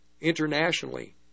internationally